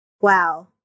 wow